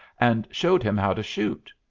and showed him how to shoot.